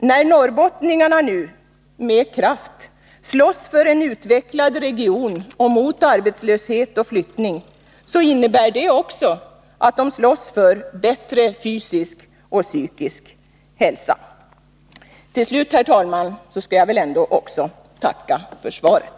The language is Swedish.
När norrbottningarna nu med kraft slåss för en utvecklad region och mot arbetslöshet och flyttning, så innebär det även att de slåss för bättre fysisk och psykisk hälsa. Till slut, herr talman, skall jag väl ändå också tacka för svaret.